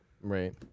Right